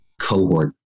cohort